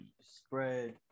spread